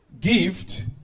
gift